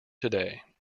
today